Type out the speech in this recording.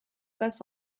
passe